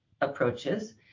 approaches